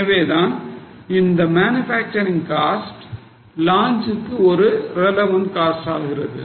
எனவே தான் இந்த manufacturing cost launch க்கு ஒரு relevant cost ஆகிறது